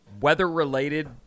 weather-related